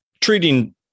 treating